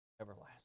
everlasting